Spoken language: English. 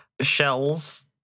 Shells